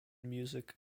music